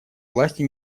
власти